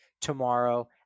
tomorrow